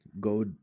go